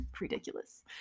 Ridiculous